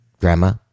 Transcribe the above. Grandma